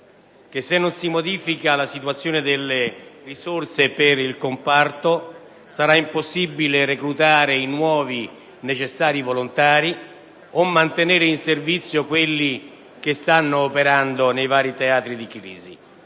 che se non si modifica la situazione delle risorse per il comparto sarà impossibile reclutare i nuovi necessari volontari o mantenere in servizio quelli che stanno operando nei vari teatri di crisi.